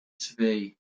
twee